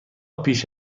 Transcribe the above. پیش